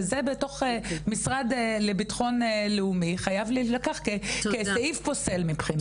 וזה בתוך המשרד לביטחון לאומי חייב להילקח כסעיף פוסל מבחינתי.